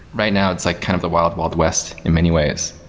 right now, it's like kind of the wild wild west in many ways.